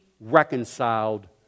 reconciled